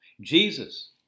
Jesus